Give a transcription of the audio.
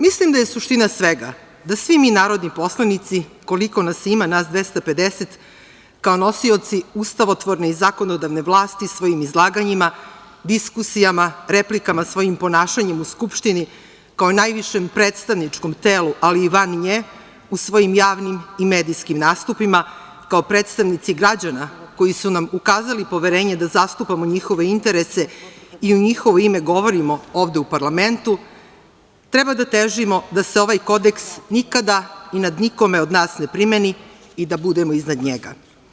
Mislim da je suština svega da svi mi narodni poslanici, koliko nas ima, nas 250, kao nosioci ustavotvorne i zakonodavne vlasti svojim izlaganjima, diskusijama, replikama, svojim ponašanjem u Skupštini kao najvišem predstavničkom telu, ali i vam nje, u svojim javnim i medijskim nastupima, kao predstavnici građana koji su nam ukazali poverenje da zastupamo njihove interese i u njihovo ime govorimo ovde u parlamentu, treba da težimo da se ovaj Kodeks nikada i nad nikome od nas ne primeni i da budemo iznad njega.